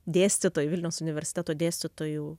dėstytojai vilniaus universiteto dėstytojų